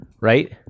Right